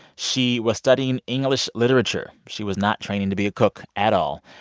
she was studying english literature. she was not training to be a cook at all,